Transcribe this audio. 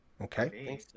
Okay